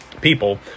people